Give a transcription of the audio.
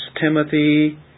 Timothy